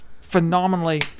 phenomenally